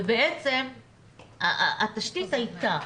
ובעצם התשתית הייתה.